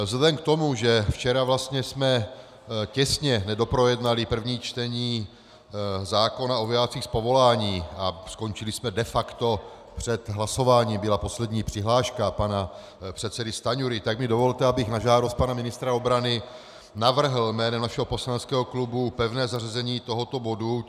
Vzhledem k tomu, že včera jsme těsně nedoprojednali první čtení zákona o vojácích z povolání a skončili jsme de facto před hlasováním byla poslední přihláška pana předsedy Stanjury , tak mi dovolte, abych na žádost pana ministra obrany navrhl jménem našeho poslaneckého klubu pevné zařazení tohoto bodu.